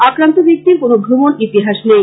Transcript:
আক্রান্ত ব্যাক্তির কোন ভ্রমন ইতিহাস নেই